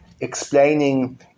explaining